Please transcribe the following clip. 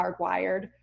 hardwired